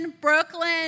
Brooklyn